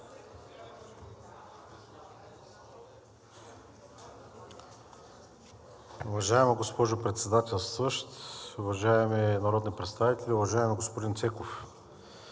Уважаеми господин председател, уважаеми народни представители! Уважаеми господин Стоянов,